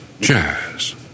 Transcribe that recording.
jazz